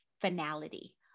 finality